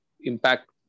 impact